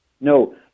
No